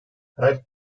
her